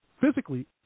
Physically